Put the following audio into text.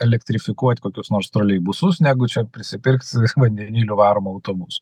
elektrifikuot kokius nors troleibusus negu čia prisipirks vandeniliu varomų autobusų